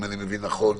אם אני מבין נכון,